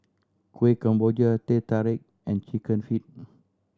Kueh Kemboja Teh Tarik and Chicken Feet